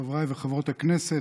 חברי וחברות הכנסת,